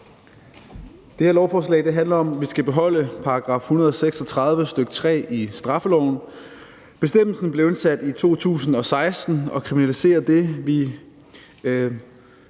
Det her lovforslag handler om, om vi skal beholde § 136, stk. 3, i straffeloven. Bestemmelsen blev indsat i 2016 og kriminaliserer det, vi